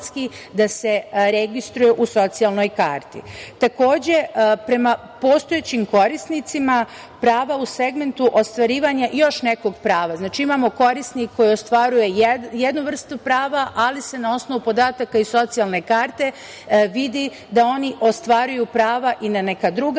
da se registruje u socijalnoj karti. Takođe, prema postojećim korisnicima prava u segmentu ostvarivanja još nekog prava. Znači, imamo korisnika koji ostvaruje jednu vrstu prava, ali se na osnovu podataka iz socijalne karte vidi da oni ostvaruju prava i na neka druga